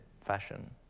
fashion